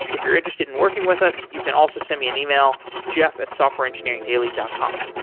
if you're interested in working with us, you can also send me an email, jeff at softwareengineeringdaily dot com.